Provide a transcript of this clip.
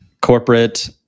corporate